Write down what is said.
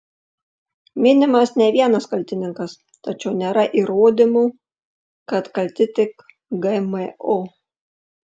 minimas ne vienas kaltininkas tačiau nėra įrodymų kad kalti tik gmo